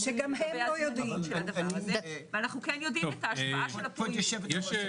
וכן יודעים את ההשפעה של הפוריות.